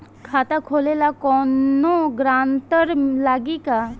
खाता खोले ला कौनो ग्रांटर लागी का?